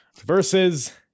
versus